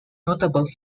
notable